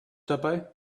dabei